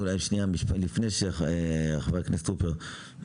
לפני חבר הכנסת טרופר,